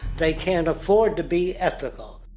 they can't afford to be ethical.